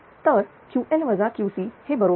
तर Ql Qc हे बरोबर 205